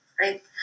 right